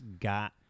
got